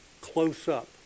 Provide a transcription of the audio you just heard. close-up